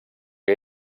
que